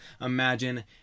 Imagine